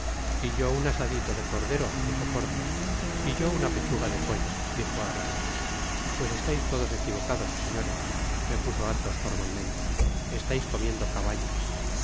y yo un asadito de cordero dijo porthos y yo una pechuga de potlo dijo aramis pues estais todos equivocados señores repuso athos formalmente estais comiendo caballo